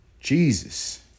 jesus